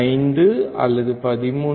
5 அல்லது 13